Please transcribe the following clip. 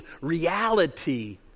reality